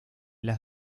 las